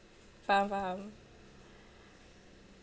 faham faham